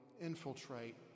infiltrate